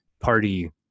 party